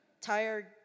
Tired